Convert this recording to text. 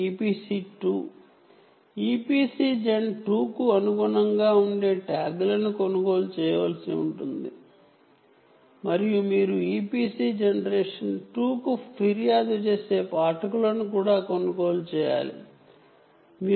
EPC gen 2 కు అనుగుణంగా ఉండే ట్యాగ్లను కొనుగోలు చేయవలసి ఉంటుంది మరియు EPC gen 2 కు అనుగుణంగా ఉండే రీడర్లను కొనుగోలు చేయవలసి ఉంటుంది